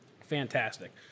Fantastic